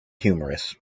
humorous